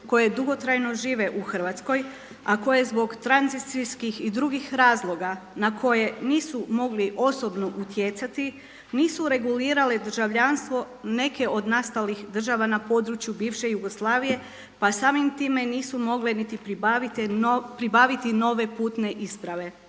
koje dugotrajno žive u Hrvatskoj, a koje zbog tranzicijskih i drugih razloga na koje nisu mogli osobno utjecati, nisu regulirale državljanstvo neke od nastalih država na području bivše Jugoslavije pa samim time nisu mogle niti pribaviti nove putne isprave.